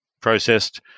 processed